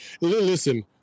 listen